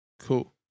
Cool